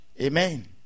Amen